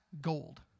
gold